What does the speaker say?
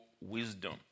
wisdom